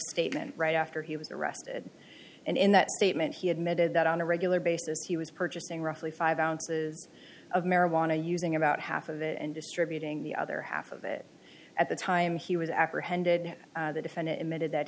statement right after he was arrested and in that statement he admitted that on a regular basis he was purchasing roughly five ounces of marijuana using about half of it and distributing the other half of it at the time he was apprehended the defendant admitted that